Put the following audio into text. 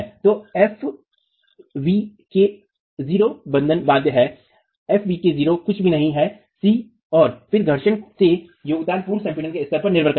तो fvk0 बंधन बाध्य है fvk0 कुछ भी नहीं है c और फिर घर्षण से योगदान पूर्व संपीड़न के स्तर पर निर्भर करता है